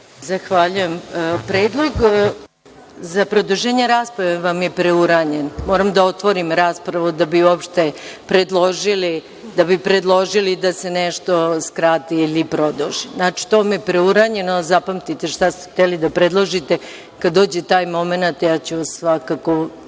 Zahvaljujem. Predlog za produženje rasprave vam je preuranjen. Moram da otvorim raspravu da bi uopšte predložili da se nešto skrati ili produži. Znači, to vam je preuranjeno. Zapamtite šta ste hteli da predložite. Kada dođe taj momenat, ja ću svakako